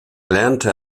lernte